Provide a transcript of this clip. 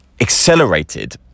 accelerated